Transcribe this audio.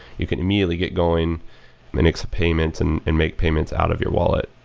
you can immediately get going and make some payments and and make payments out of your wallet.